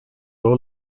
low